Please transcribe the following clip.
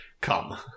come